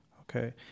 Okay